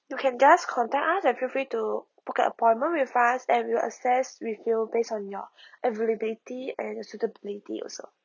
you can just contact us and feel free to book an appointment with us and we'll access with you based on your eligibility and suitability also